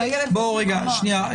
שנייה,